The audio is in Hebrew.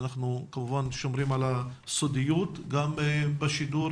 אנחנו כמובן שומרים על הסודיות גם בשידור